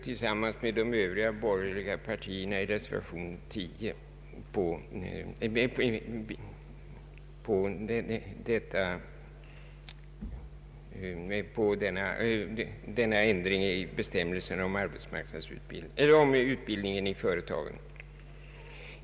Tillsammans med övriga borgerliga partier yrkar vi i reservation 10 på en ändring av bestämmelserna om = arbetsmarknadsutbildning inom företagen.